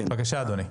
בבקשה, אדוני.